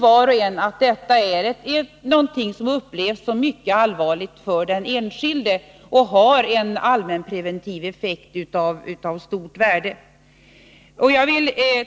Var och en vet att detta upplevs som mycket allvarligt för den enskilde och har en allmänpreventiv effekt av stort värde.